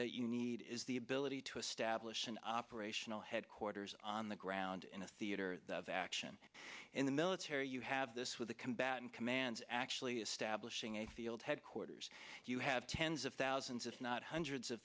that you need is the ability to establish an operational headquarters on the ground in a theater of action in the military you have this with the combatant commands actually establishing a field headquarters you have tens of thousands if not hundreds of